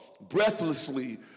breathlessly